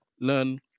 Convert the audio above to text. learn